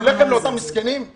לחם לאותם מסכנים.